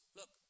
Look